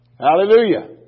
Hallelujah